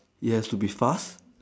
it has to be fast